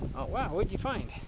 wow what did you find?